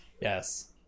Yes